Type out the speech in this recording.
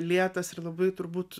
lėtas ir labai turbūt